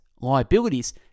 liabilities